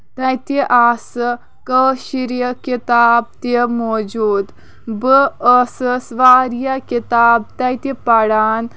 تَتہِ آسہٕ کٲشرِ کِتاب تہِ موجوٗد بہٕ ٲسٕس واریاہ کِتاب تَتہِ پَران